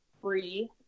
free